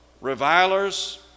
revilers